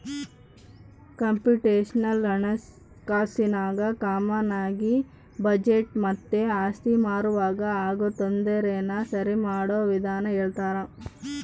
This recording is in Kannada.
ಕಂಪ್ಯೂಟೇಶನಲ್ ಹಣಕಾಸಿನಾಗ ಕಾಮಾನಾಗಿ ಬಜೆಟ್ ಮತ್ತೆ ಆಸ್ತಿ ಮಾರುವಾಗ ಆಗೋ ತೊಂದರೆನ ಸರಿಮಾಡೋ ವಿಧಾನ ಹೇಳ್ತರ